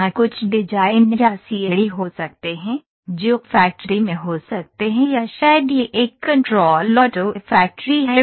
यहां कुछ डिजाइन या सीएडी हो सकते हैं जो फैक्ट्री में हो सकते हैं या शायद यह एक कंट्रोल ऑटो फैक्ट्री है